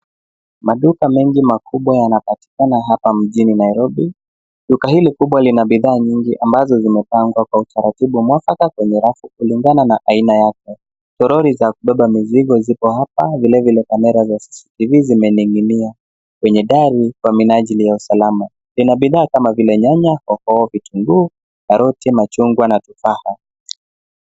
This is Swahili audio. Maduka mengi makubwa yanapatikana hapa mjini Nairobi Duka hili kubwa lina bidhaa nyingi ambazo zimepangwa kwa utaratibu mwafaka kwenye rafu kulingana na aina yake. Troli za kubeba mizigo zipo hapa vile vile kamera za CCTV zimeninginia kwenye dari kwa minajili ya usalama. Kuna bidhaa kama vile nyanya, hoho, vitunguu, karoti, machungwa na tufaha.